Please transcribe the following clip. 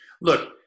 look